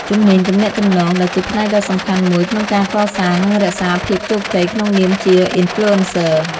ជំនាញទំនាក់ទំនង ដែលជាផ្នែកដ៏សំខាន់មួយក្នុងការកសាង និងរក្សាភាពជោគជ័យក្នុងនាមជា Influencer។